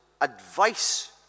advice